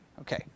Okay